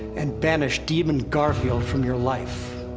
and banish demon garfield from your life.